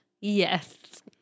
yes